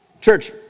Church